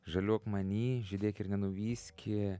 žaliuok many žydėk ir nenuvyski